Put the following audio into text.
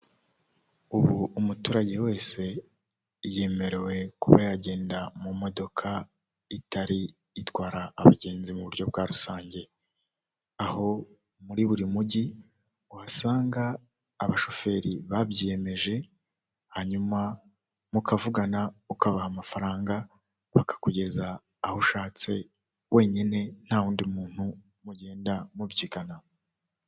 Ubu umuturage wese yemerewe kuba yagenda mu modoka itari itwara abagenzi mu buryo bwa rusange. Aho muri buri mujyi uhasanga abashoferi babyiyemeje hanyuma mukavugana ukabaha amafaranga bakakugeza aho ushatse wenyine nta w'undi muntu mugenda mubyigana.